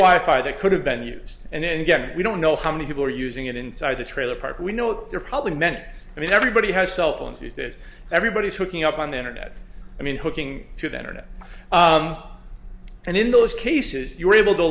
wife why they could have been used and then again we don't know how many people are using it inside the trailer park we know they're probably men i mean everybody has cell phones these days everybody is hooking up on the internet i mean hooking to the internet and in those cases you were able to